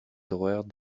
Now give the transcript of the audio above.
horaires